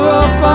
up